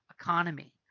economy